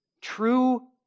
True